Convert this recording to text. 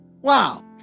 wow